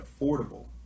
affordable